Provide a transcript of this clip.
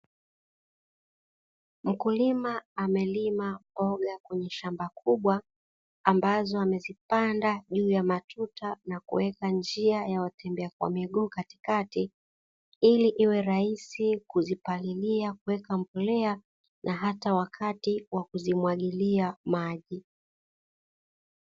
Mkulima amelima mboga kwenye shamba kubwa, ambazo amezipanda juu ya matuta na kuweka njia ya watembea kwa miguu katikati, ili iwe rahisi kuzipalilia, kuweka mbolea, na hata wakati wa kuzimwagilia maji.